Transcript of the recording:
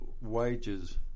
wages